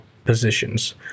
positions